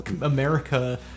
America